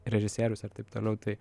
režisierius ar taip toliau tai